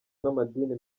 n’amadini